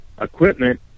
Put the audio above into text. equipment